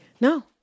no